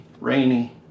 rainy